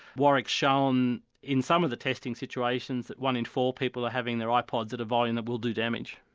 warwick has shown in some of the testing situations that one in four people are having their ipods at a volume that will do damage.